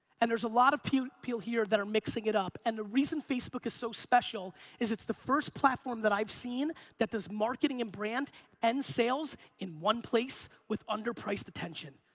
and there's a lot of people here that are mixing it up and the reason facebook is so special is it's the first platform that i've seen that does marketing and brand and sales in one place with underpriced attention.